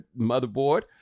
motherboard